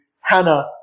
Hannah